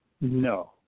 No